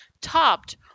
topped